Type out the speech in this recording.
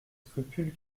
scrupules